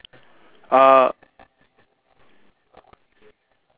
uh